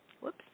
Whoops